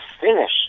finish